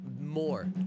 more